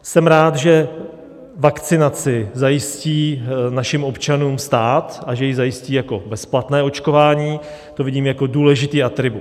Jsem rád, že vakcinaci zajistí našim občanům stát a že ji zajistí jako bezplatné očkování, to vidím jako důležitý atribut.